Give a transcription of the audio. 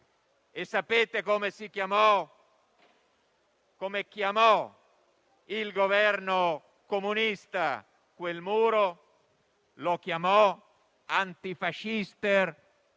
Sapete come chiamò il governo comunista quel muro? Lo chiamò *antifaschistischer